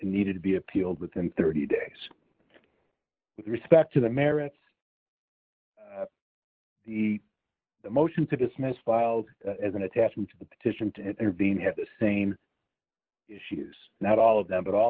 needed to be appealed within thirty days with respect to the merits of the motion to dismiss filed as an attachment to the petition to intervene have the same issues that all of them but all